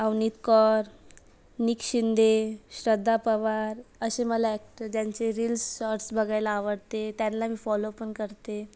Avneet Kaur Nick Shinde Shraddha Pawar असे मला actor त्यांचे रील्स शॉर्ट्स बघायला आवडते त्यांना मी फॉलो पण करते